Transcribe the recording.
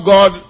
God